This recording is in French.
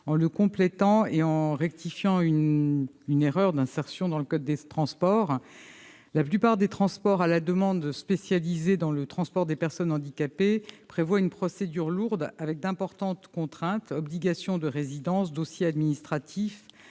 en le complétant et en corrigeant une erreur d'insertion de la disposition dans le code des transports. La plupart des transports à la demande spécialisés dans le transport des personnes handicapées prévoient une procédure lourde, avec d'importantes contraintes : obligation de résidence, établissement